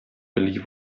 believe